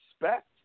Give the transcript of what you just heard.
respect